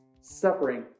suffering